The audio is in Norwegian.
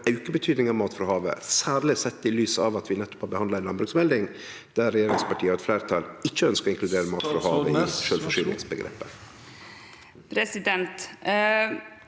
auke betydinga av mat frå havet, særleg sett i lys av at vi nettopp har behandla ei landbruksmelding der regjeringspartia og eit fleirtal ikkje ønskte å inkludere mat frå havet i sjølvforsyningsomgrepet?